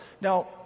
Now